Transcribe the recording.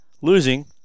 losing